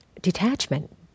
detachment